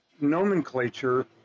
nomenclature